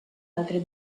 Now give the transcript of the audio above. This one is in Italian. altre